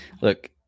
Look